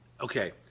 okay